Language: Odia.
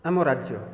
ଆମ ରାଜ୍ୟ